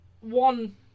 one